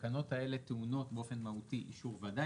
התקנות האלה טעונות באופן מהותי אישור ועדה.